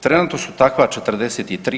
Trenutno su takva 43.